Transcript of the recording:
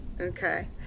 okay